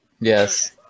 Yes